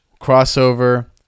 Crossover